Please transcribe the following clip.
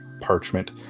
parchment